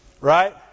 Right